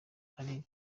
ari